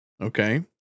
okay